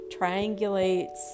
triangulates